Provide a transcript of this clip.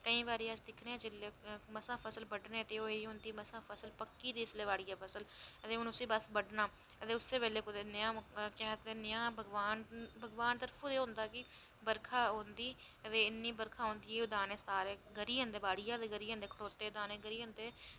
ते केईं बारी अस दिक्खनै ते कुदै फसल बड्ढने ते ओह् ते मसां इसलै पक्की दी बाड़ियै फसल ते उसी बस हून बड्ढना ते उस्सै बेल्लै नेहा भगवान तरफा होंदा कि ते बर्खा औंदी ते इन्नी बर्खा औंदी ते ओह् दाने गरी जंदे दाने बाड़ियै गै गरी जंदे खड़ोते दे गै गरी जंदे